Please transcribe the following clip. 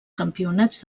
campionats